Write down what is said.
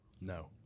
No